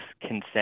consent